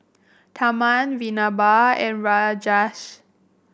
Tharman Vinoba and Rajesh